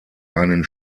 einen